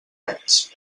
veig